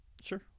Sure